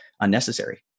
unnecessary